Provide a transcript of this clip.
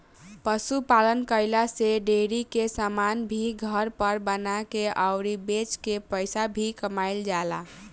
पशु पालन कईला से डेरी के समान भी घर पर बना के अउरी बेच के पईसा भी कमाईल जाला